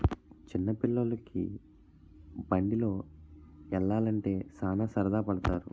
చిన్న పిల్లోలికి బండిలో యల్లాలంటే సాన సరదా పడతారు